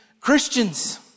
Christians